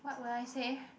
what would I say